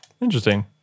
interesting